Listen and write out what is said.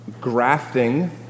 grafting